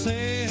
Say